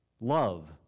love